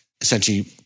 essentially